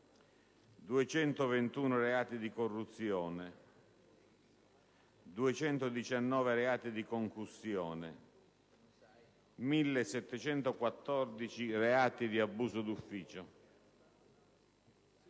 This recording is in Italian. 221 reati di corruzione, 219 reati di concussione e 1.714 reati di abuso di ufficio.